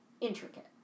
intricate